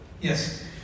Yes